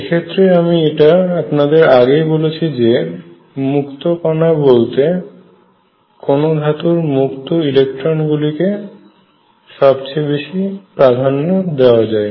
এক্ষেত্রে আমি এটা আপনাদের আগেই বলেছি যে মুক্ত কণা বলতে কোন ধাতুর মুক্ত ইলেকট্রন গুলিকে সবচেয়ে বেশি প্রাধান্য দেওয়া যায়